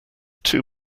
too